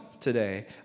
today